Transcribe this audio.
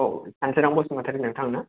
औ सानसोरां बसुमतारी नोंथां ना